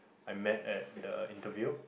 I met at the interview